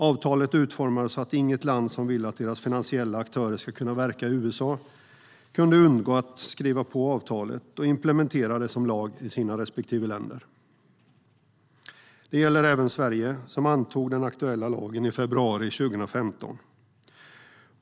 Avtalet utformades så att inget land som vill att deras finansiella aktörer ska kunna verka i USA kunde undgå att skriva på avtalet och implementera det som lag i sina respektive länder. Det gäller även Sverige, som antog den aktuella lagen i februari 2015.